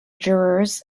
jurors